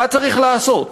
מה צריך לעשות?